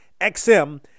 XM